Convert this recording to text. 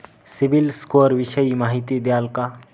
CIBIL score विषयी माहिती द्याल का?